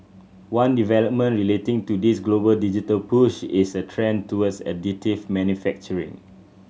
one development relating to this global digital push is a trend towards additive manufacturing